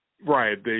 Right